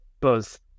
buzz